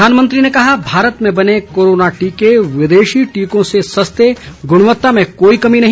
प्रधानमंत्री ने कहा भारत में बने कोरोना टीके विदेशी टीकों से सस्ते गुणवत्ता में कोई कमी नहीं